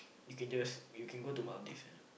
you can just you can go to Maldives sia